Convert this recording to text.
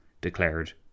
declared